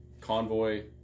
convoy